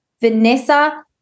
Vanessa